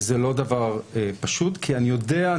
זה לא דבר פשוט כי אני יודע,